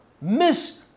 miss